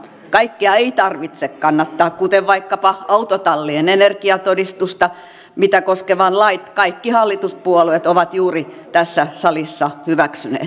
kaikkea ei tarvitse kannattaa kuten vaikkapa autotallien energiatodistusta mitä koskevan lain kaikki hallituspuolueet ovat juuri tässä salissa hyväksyneet